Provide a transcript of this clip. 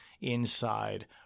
inside